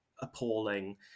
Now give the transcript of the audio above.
appalling